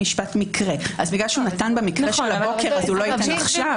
בגלל שהוא נתן במקרה של הבוקר, הוא לא ייתן עכשיו?